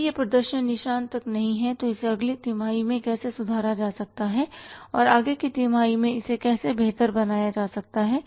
यदि वह प्रदर्शन निशान तक नहीं है तो इसे अगली तिमाही में कैसे सुधारा जा सकता है और आगे की तिमाही में इसे कैसे बेहतर बनाया जा सकता है